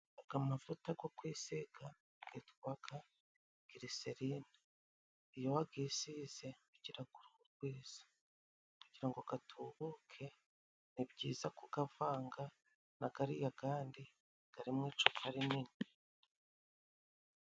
Aya mavuta yo kwisiga yitwa Giriserine. Iyo wayisize ugira uruhu rwiza. Kugira ngo atubuke, ni byiza kuyavanga n'ariya yandi ari mu icupa rinini.